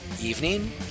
evening